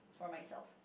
for myself